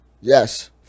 Yes